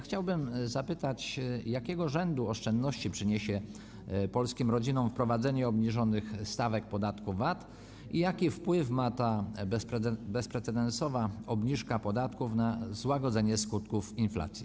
Chciałbym zapytać: Jakiego rzędu oszczędności przyniesie polskim rodzinom wprowadzenie obniżonych stawek podatku VAT i jaki wpływ ma ta bezprecedensowa obniżka podatków na złagodzenie skutków inflacji?